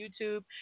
YouTube